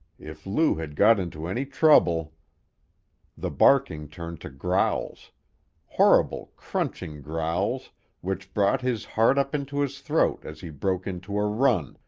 if lou had got into any trouble the barking turned to growls horrible, crunching growls which brought his heart up into his throat as he broke into a run,